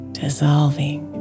dissolving